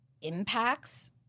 impacts